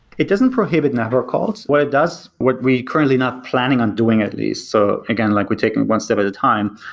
it doesn't prohibit network calls. what it does, what we currently not planning on doing at least. so again, like we're taking one step at a time,